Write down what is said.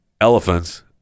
elephants